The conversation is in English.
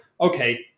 okay